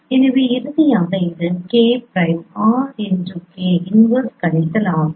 எனவே இறுதியாக இது K prime R K inverse கழித்தல் ஆகும்